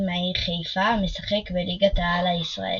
מהעיר חיפה המשחק בליגת העל הישראלית.